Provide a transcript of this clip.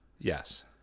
Yes